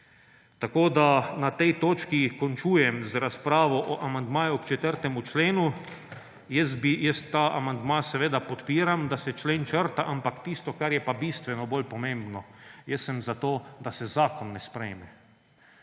tako da na tej točki končujem z razpravo o amandmaju k 4. členu. Ta amandma seveda podpiram, da se člen črta, ampak tisto, kar je pa bistveno bolj pomembno – jaz sem za to, da se zakon ne sprejme.